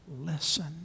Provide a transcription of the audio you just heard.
listen